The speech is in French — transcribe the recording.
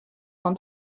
dans